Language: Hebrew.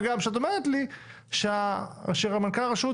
מה גם שאת אומרת לי שמנכ"ל הרשות